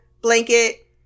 blanket